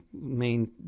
main